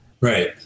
Right